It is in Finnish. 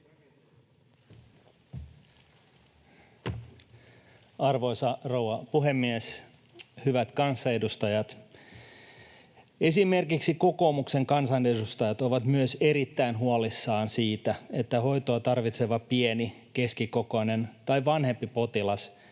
Arvoisa rouva puhemies! Hyvät kansanedustajat, esimerkiksi kokoomuksen kansanedustajat ovat myös erittäin huolissaan siitä, että hoitoa tarvitseva pieni, keskikokoinen tai vanhempi potilas